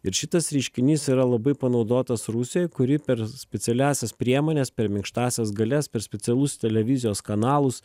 ir šitas reiškinys yra labai panaudotas rusijoj kuri per specialiąsias priemones per minkštąsias galias per specialus televizijos kanalus